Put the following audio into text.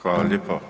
Hvala lijepo.